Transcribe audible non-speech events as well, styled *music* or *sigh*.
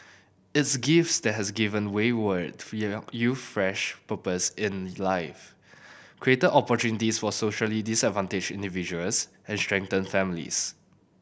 its gifts that has given wayward *unintelligible* youth fresh purpose in life created opportunities for socially disadvantaged individuals and strengthened families